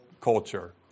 culture